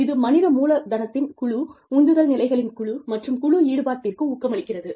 இது மனித மூலதனத்தின் குழு உந்துதல் நிலைகளின் குழு மற்றும் குழு ஈடுபாட்டிற்கு ஊட்டமளிக்கிறது